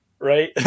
Right